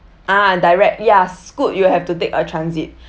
ah direct ya scoot you have to take a transit